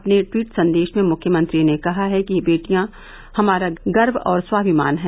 अपने टवीट संदेश में मुख्यमंत्री ने कहा है कि बेटियां हमारा गर्व और स्वामिमान हैं